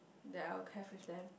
that I'll have with them